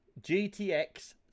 gtx